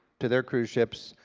to their cruise ships,